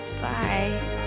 Bye